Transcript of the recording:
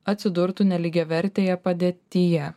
atsidurtų nelygiavertėje padėtyje